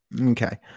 Okay